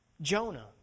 Jonah